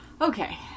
Okay